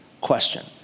question